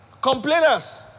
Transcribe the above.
complainers